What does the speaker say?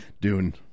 Dune